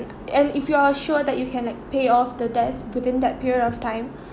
and if you are sure that you can like pay off the debt within that period of time